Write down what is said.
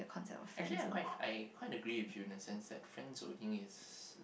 actually I'm quite I quite agree with you in a sense that friend zoning is